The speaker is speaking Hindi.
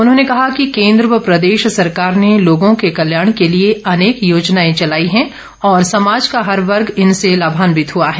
उन्होंने कहा कि केंद्र ँव प्रदेश सरकार ने लोगों के कल्याण के लिए अनेक योजनाए चलाई हैं और समाज का हर वर्ग इनसे लाभान्वित हुआ है